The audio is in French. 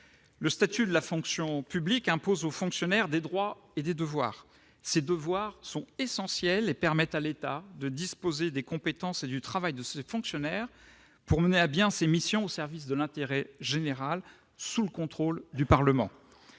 Le statut de la fonction publique impose aux fonctionnaires des droits et des devoirs. Ces devoirs sont essentiels et permettent à l'État de disposer des compétences et du travail de ses fonctionnaires pour mener à bien ses missions au service de l'intérêt général, sous le contrôle du Parlement.